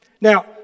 Now